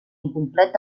incomplet